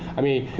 i mean,